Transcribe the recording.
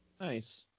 Nice